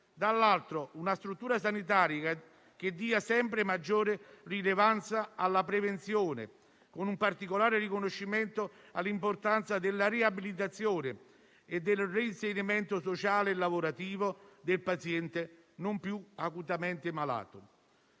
- di avere una struttura sanitaria che dia sempre maggiore rilevanza alla prevenzione, con un particolare riconoscimento all'importanza della riabilitazione e del reinserimento sociale e lavorativo del paziente non più acutamente malato.